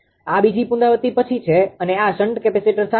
આ બીજી પુનરાવૃતિ પછી છે અને આ શન્ટ કેપેસિટર સાથે છે